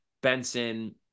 Benson